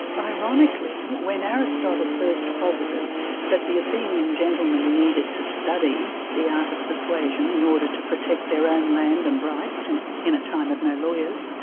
ironically, when aristotle first posited that the athenian gentlemen needed to study the art of persuasion in order to protect their own land and rights in in a time of no lawyers,